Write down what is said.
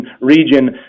region